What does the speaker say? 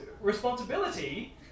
responsibility